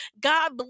God